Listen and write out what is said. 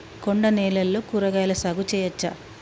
కొండ నేలల్లో కూరగాయల సాగు చేయచ్చా?